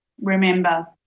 remember